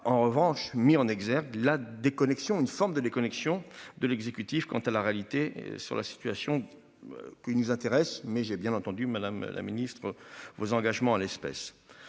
en revanche mis en exergue la déconnexion une sorte de déconnexion de l'exécutif. Quant à la réalité sur la situation. Qui nous intéresse. Mais j'ai bien entendu Madame la Ministre vos engagements en l'espèce.